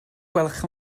gwelwch